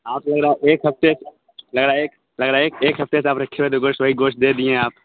آپ لگ رہا ہے ایک ہفتے لگ رہا ایک لگ رہا ایک ایک ہفتے سے آپ رکھے ہوئے تھے گوشت وہی گوشت دے دیئے ہیں آپ